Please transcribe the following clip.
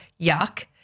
yuck